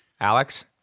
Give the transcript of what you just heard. Alex